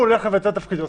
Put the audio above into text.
אם הוא הולך לבצע את תפקידו,